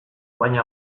baina